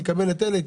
אני אקבל את אלה,